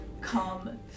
come